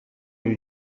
być